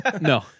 No